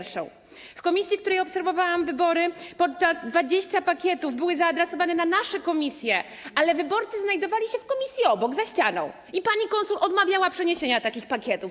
W komisji, w której obserwowałam wybory, 20 pakietów było zaadresowanych na nasze komisje, ale wyborcy znajdowali się w komisji obok, za ścianą i pani konsul odmawiała przeniesienia takich pakietów.